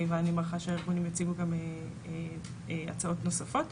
ואני מניחה שהארגונים יציגו גם הצעות נוספות.